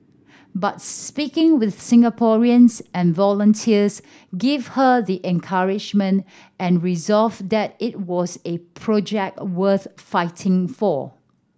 but speaking with Singaporeans and volunteers gave her the encouragement and resolve that it was a project a worth fighting for